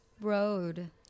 road